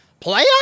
playoffs